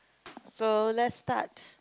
so let's start